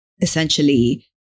essentially